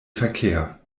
verkehr